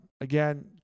Again